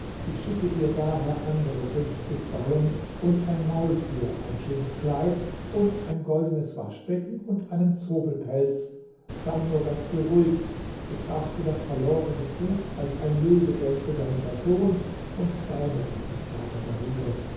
ich schicke dir daher andere fünfzig ballen und ein maultier ein schönes kleid und ein goldenes waschbecken und einen zobelpelz sei nur ganz beruhigt betrachte das verlorene gut als ein lösegeld für deine person und gräme dich nicht weiter darüber